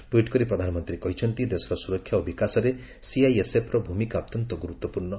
tweet କରି ପ୍ରଧାନମନ୍ତ୍ରୀ କହିଛନ୍ତି ଦେଶର ସୁରକ୍ଷା ଓ ବିକାଶରେ ସିଆଇଏସ୍ଏଫ୍ର ଭୂମିକା ଅତ୍ୟନ୍ତ ଗୁରୁତ୍ୱପୂର୍ଣ୍ଣ